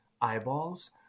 eyeballs